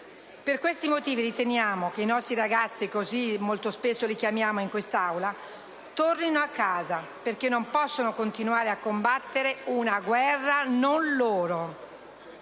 Per questi motivi riteniamo che i nostri ragazzi - così molto spesso li chiamiamo in quest'Aula - tornino a casa, perché non possono continuare a combattere una guerra non loro